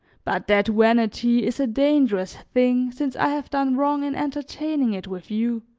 but that vanity is a dangerous thing since i have done wrong in entertaining it with you.